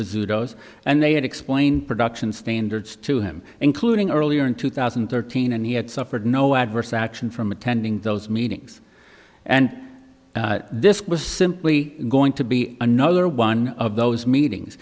zeroes and they had explained production standards to him including earlier in two thousand and thirteen and he had suffered no adverse action from attending those meetings and this was simply going to be another one of those meetings